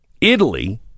Italy